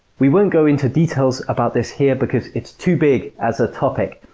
we won't go into details about this here, because it's too big as a topic,